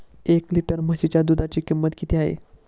एक लिटर म्हशीच्या दुधाची किंमत किती आहे?